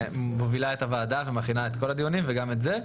שמובילה את הוועדה ומכינה את כל הדיונים וגם את זה,